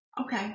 Okay